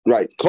Right